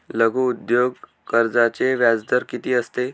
लघु उद्योग कर्जाचे व्याजदर किती असते?